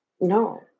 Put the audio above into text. no